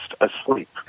asleep